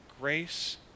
grace